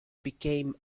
became